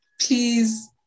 Please